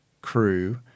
crew